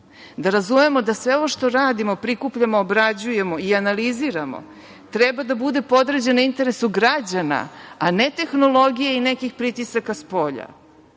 da razumemo da sve ovo što radimo, prikupljamo, obrađujemo i analiziramo, treba da bude podređeno interesu građana, a ne tehnologiji i nekih pritisaka spolja. Jedino